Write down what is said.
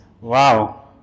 Wow